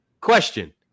Question